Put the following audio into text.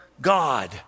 God